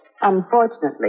Unfortunately